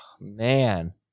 man